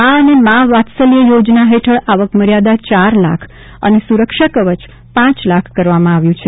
મા અને મા વાત્સલ્ય યોજના હેઠળ આવક મર્યાદા ચાર લાખ અને સુરક્ષા કવચ પાંચ લાખ કરવામાં આવ્યું છે